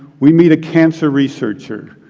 we meet a cancer researcher,